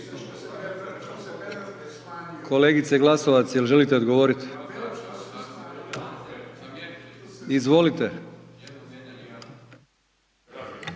Kolegice Glasovac jel želite odgovoriti? Izvolite.